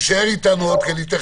תישאר איתנו כי אני רוצה